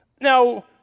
Now